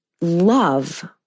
love